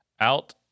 out